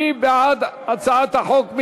מי בעד הצעת החוק?